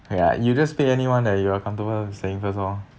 ya you just pick anyone that you are comfortable with saying first lor